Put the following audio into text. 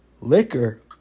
liquor